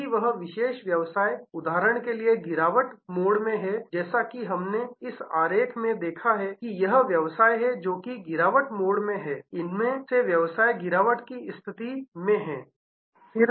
यदि वह विशेष व्यवसाय उदाहरण के लिए गिरावट मोड में है जैसा कि हमने इस आरेख में देखा कि यह व्यवसाय है जो कि इन गिरावट मोड में है इनमें से व्यवसाय गिरावट की स्थिति में है